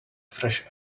fresh